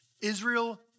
Israel